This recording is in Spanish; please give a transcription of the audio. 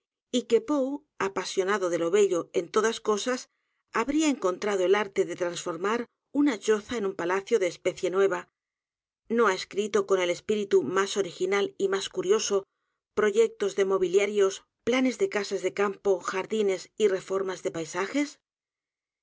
y que poe apasionado de lo bello en todas cosa habría encontrado el arte de transformar u n a choza en un palacio de especie nueva no ha escrito con el espíritu más original y más curioso proyectos de mobiliarios planes de casas de campo jardines y reformas de paisajes